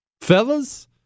Fellas